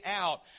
out